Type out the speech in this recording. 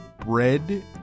Bread